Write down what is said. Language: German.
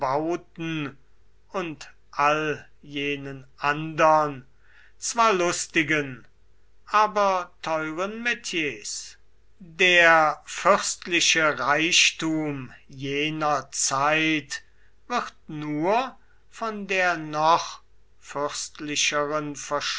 und all jenen andern zwar lustigen aber teuren metiers der fürstliche reichtum jener zeit wird nur von der noch